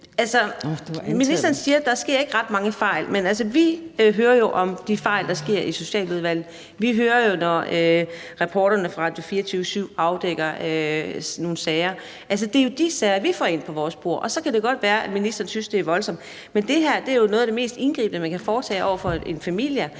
Ministeren siger, at der ikke sker ret mange fejl, men i Socialudvalget hører vi jo om de fejl, der sker. Vi hører, når reporterne fra Radio24syv afdækker nogle sager. Altså, det er jo de sager, vi får ind på vores bord. Og så kan det godt være, at ministeren synes, det er voldsomt. Men det her er jo noget af det mest indgribende, man kan foretage over for en familie